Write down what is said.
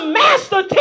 master